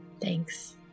Thanks